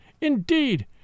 Indeed